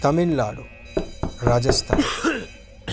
Tamil Nadu Rajasthan